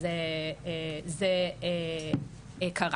אז זה קרה.